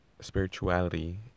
spirituality